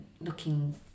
looking